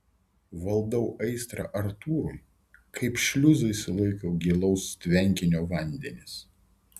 valdau aistrą artūrui kaip šliuzai sulaiko gilaus tvenkinio vandenis